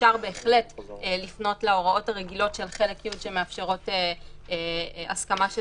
אפשר בהחלט לפנות להוראות הרגילות של חלק י' המאפשרות הסכמה של